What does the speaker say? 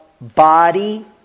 body